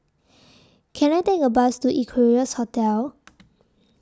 Can I Take A Bus to Equarius Hotel